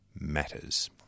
matters